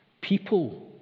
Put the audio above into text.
People